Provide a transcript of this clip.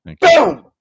Boom